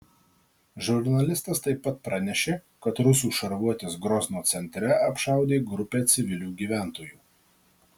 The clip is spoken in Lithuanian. žurnalistas taip pat pranešė kad rusų šarvuotis grozno centre apšaudė grupę civilių gyventojų